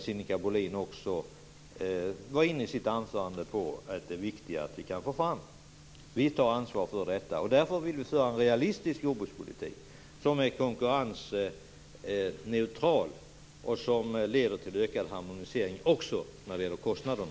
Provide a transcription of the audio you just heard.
Sinikka Bohlin tog själv upp i sitt anförande att det är viktigt att få fram dem. Vi tar ansvar för detta. Därför vill vi föra en realistisk jordbrukspolitik som är konkurrensneutral och leder till ökad harmonisering i fråga om kostnaderna.